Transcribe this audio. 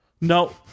No